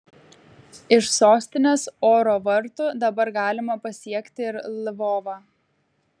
iš sostinės oro vartų dabar galima pasiekti ir lvovą